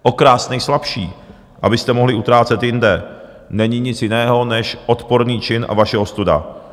Okrást nejslabší, abyste mohli utrácet jinde, není nic jiného než odporný čin a vaše ostuda.